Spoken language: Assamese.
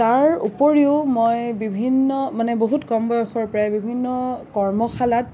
তাৰ উপৰিও মই বিভিন্ন মানে বহুত কম বয়সৰ পৰাই বিভিন্ন কৰ্মশালাত